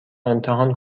امتحان